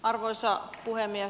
arvoisa puhemies